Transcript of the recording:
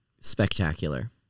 Spectacular